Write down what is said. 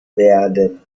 werden